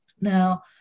now